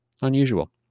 Unusual